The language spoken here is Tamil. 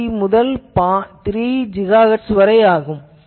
3 முதல் 3 GHz வரை ஆகும்